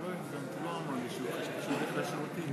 אני מקווה שיאשרו את החוק בקריאה השנייה